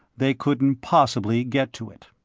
they couldn't possibly get to it.